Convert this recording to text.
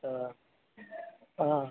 ও আহ